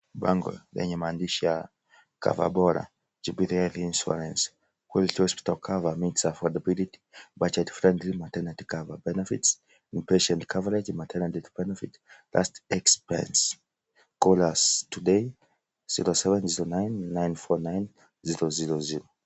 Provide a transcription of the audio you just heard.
Bango lenye maandishi ya cover bora Jubilee health insurance which hospital cover meets affordability, budget friendly, maternity cover benefits, inpatient cover maternity benefits, last expense call us today 0709949000.